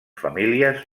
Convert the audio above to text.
famílies